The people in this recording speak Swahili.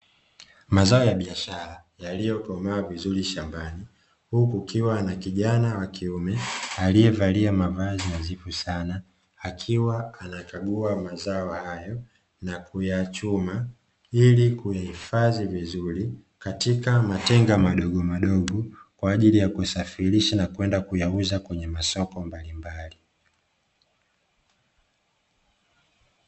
Mazao ya biashara yaliyokomaa vizuri shambani, huku kukiwa na kijana wa kiume aliyevalia mavazi nadhifu sana akiwa anakagua mazao hayo na kuyachuma ili kuyaifadhi vizuri katika matenga madogomadogo kwa ajili ya kuyasafirisha na kwenda kuyauza kwenye masoko mbalimbali.